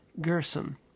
Gerson